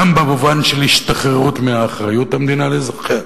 גם במובן של השתחררות מאחריות המדינה לאזרחיה,